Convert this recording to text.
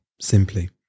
simply